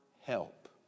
help